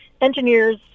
engineers